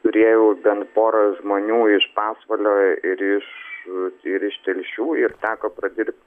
turėjau bent porą žmonių iš pasvalio ir iš ir iš telšių ir teko pradirbt